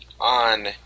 on